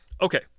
Okay